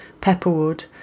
pepperwood